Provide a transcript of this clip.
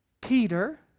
Peter